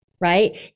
right